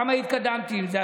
כמה התקדמתי עם זה.